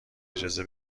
اجازه